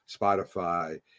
Spotify